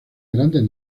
grandes